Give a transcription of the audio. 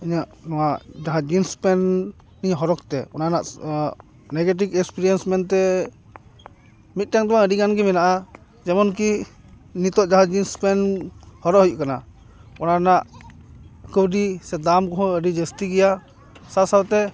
ᱤᱧᱟᱹᱜ ᱱᱚᱣᱟ ᱡᱟᱦᱟᱸ ᱡᱤᱱᱥ ᱯᱮᱱᱤᱧ ᱦᱚᱨᱚᱜᱽ ᱛᱮ ᱚᱱᱟ ᱨᱮᱱᱟᱜ ᱱᱮᱜᱮᱴᱤᱵᱷ ᱮᱥᱯᱮᱨᱤᱭᱮᱱᱥ ᱢᱮᱱᱛᱮ ᱢᱤᱫᱴᱟᱝ ᱫᱚ ᱟᱹᱰᱤᱜᱟᱱ ᱜᱮ ᱢᱮᱱᱟᱜᱼᱟ ᱡᱮᱢᱚᱱ ᱠᱤ ᱱᱤᱛᱚᱜ ᱡᱟᱦᱟᱸ ᱡᱤᱱᱥ ᱯᱮᱱ ᱦᱚᱨᱚᱜᱽ ᱦᱩᱭᱩᱜ ᱠᱟᱱᱟ ᱚᱱᱟ ᱨᱮᱱᱟᱜ ᱠᱟᱹᱣᱰᱤ ᱥᱮ ᱫᱟᱢ ᱠᱚᱦᱚᱸ ᱟᱹᱰᱤ ᱡᱟᱹᱥᱛᱤ ᱜᱮᱭᱟ ᱥᱟᱶᱼᱥᱟᱶᱛᱮ